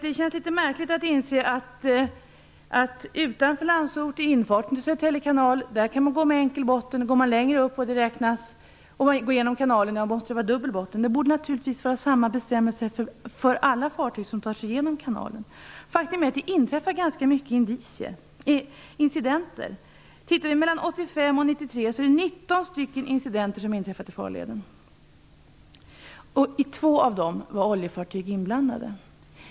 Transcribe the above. Det känns litet märkligt att man utanför Landsort vid infarten till Södertälje kanal kan gå med enkel botten men att det inne i kanalen krävs dubbel botten. Samma bestämmelse borde naturligtvis gälla för alla fartyg som tar sig genom kanalen. Faktum är att det inträffar ganska många incidenter. Under åren 1985-1993 förekom 19 incidenter i farleden, och vid två av dem var oljefartyg inblandade.